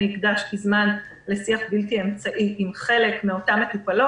הקדשתי זמן לשיח בלתי אמצעי עם חלק מאותן מטופלות.